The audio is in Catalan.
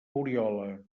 oriola